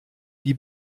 die